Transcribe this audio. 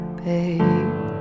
babe